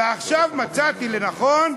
ועכשיו מצאתי לנכון,